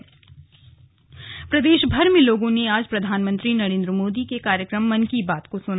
मन की बात प्रदेशमर में लोगों ने आज प्रधानमंत्री नरेंद्र मोदी के कार्यक्रम मन की बात को सना